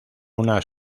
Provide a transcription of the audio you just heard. una